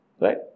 Right